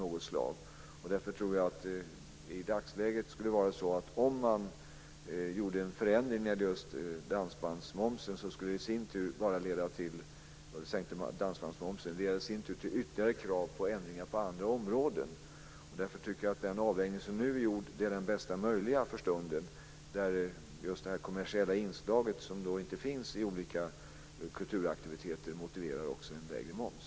Jag tror därför att om man i dagsläget skulle göra en förändring av dansbandsmomsen, skulle detta i sin tur leda till ytterligare krav på ändringar på andra områden. Därför tycker jag att den avvägning som nu är gjord är den bästa möjliga för stunden. Att vissa kulturaktiviteter saknar kommersiellt inslag motiverar att de får en lägre moms.